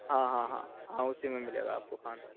ہاں ہاں ہاں ہاں اسی میں ملے گا آپ کو کھانا